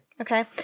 Okay